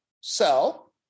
sell